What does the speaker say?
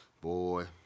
Boy